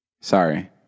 Sorry